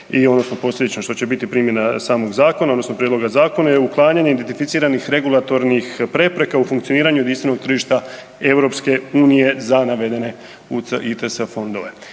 i odnosno posljedično što će biti primjena samog zakona odnosno prijedloga zakona je uklanjanje identificiranih regulatornih prepreka u funkcioniranju jedinstvenog tržišta EU za navedene UCITS fondove.